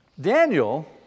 Daniel